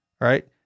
right